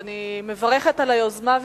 אני מברכת על היוזמה,